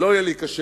לא יהיה לי קשה